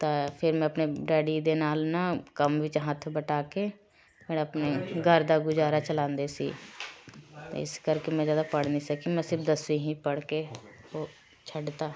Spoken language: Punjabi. ਤਾਂ ਫਿਰ ਮੈਂ ਆਪਣੇ ਡੈਡੀ ਦੇ ਨਾਲ਼ ਨਾ ਕੰਮ ਵਿੱਚ ਹੱਥ ਵਟਾਕੇ ਹੁਣ ਆਪਣੇ ਘਰ ਦਾ ਗੁਜ਼ਾਰਾ ਚਲਾਉਂਦੇ ਸੀ ਇਸ ਕਰਕੇ ਮੈਂ ਜ਼ਿਆਦਾ ਪੜ੍ਹ ਨਹੀਂ ਸਕੀ ਮੈਂ ਸਿਰਫ਼ ਦਸਵੀਂ ਹੀ ਪੜ੍ਹਕੇ ਹੋ ਛੱਡਤਾ